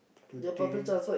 to think